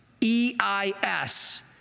E-I-S